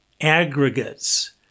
aggregates